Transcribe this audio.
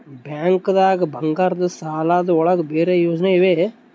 ಬ್ಯಾಂಕ್ದಾಗ ಬಂಗಾರದ್ ಸಾಲದ್ ಒಳಗ್ ಬೇರೆ ಯೋಜನೆ ಇವೆ?